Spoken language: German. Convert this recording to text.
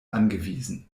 angewiesen